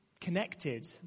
connected